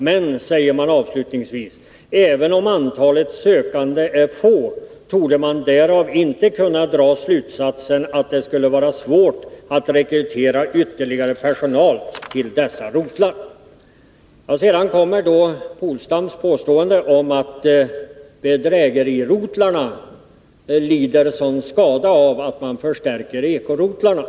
Men, säger man avslutningsvis, även om antalet sökande är få, torde man därav inte kunna dra slutsatsen att det skulle vara svårt att rekrytera ytterligare personal till dessa rotlar. Sedan påstår Åke Polstam att bedrägerirotlarna lider skada av att man förstärker ekorotlarna.